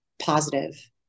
positive